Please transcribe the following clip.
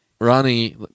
Ronnie